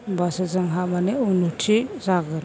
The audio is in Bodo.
होनबासो जोंहा माने उन्न'ति जागोन